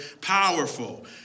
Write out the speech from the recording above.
powerful